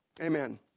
Amen